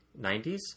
90s